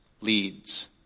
leads